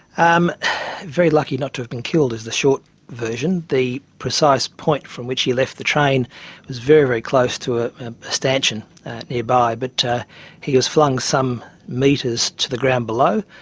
um very lucky not to have been killed, is the short version. the precise point from which he left the train was very, very close to a stanchion nearby, but he was flung some metres to the ground below,